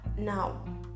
Now